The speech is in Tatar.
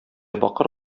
бакыр